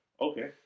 okay